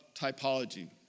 typology